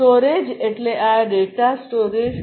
storage એટલે આ data storage